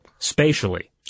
spatially